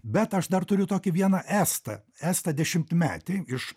bet aš dar turiu tokį vieną estą estą dešimtmetį iš